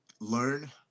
learn